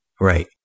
Right